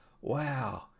wow